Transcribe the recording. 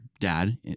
dad